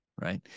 right